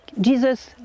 Jesus